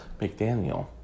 McDaniel